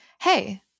Hey